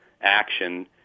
action